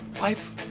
life